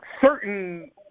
certain